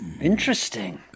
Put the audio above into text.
Interesting